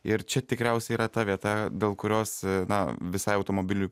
ir čia tikriausiai yra ta vieta dėl kurios na visai automobilių